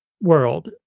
world